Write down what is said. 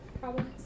problems